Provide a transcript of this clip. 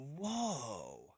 Whoa